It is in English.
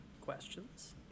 questions